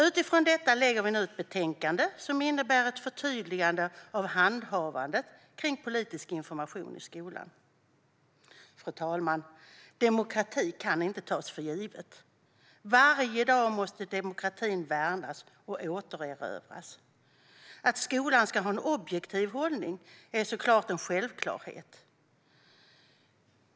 Utifrån detta lägger vi nu fram ett betänkande, som innebär ett förtydligande om handhavandet kring politisk information i skolan. Fru talman! Demokrati kan inte tas för givet. Varje dag måste demokratin värnas och återerövras. Att skolan ska ha en objektiv hållning är såklart en självklarhet.